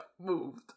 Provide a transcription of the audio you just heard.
moved